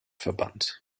verband